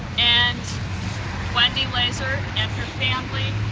and wendy lazor and her family,